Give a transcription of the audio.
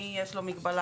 מי יש לו מגבלה.